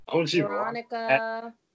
Veronica